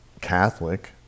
Catholic